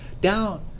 down